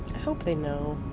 hope they know.